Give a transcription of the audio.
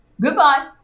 Goodbye